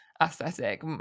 aesthetic